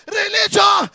religion